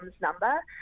number